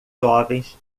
jovens